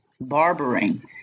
barbering